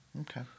Okay